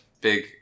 Big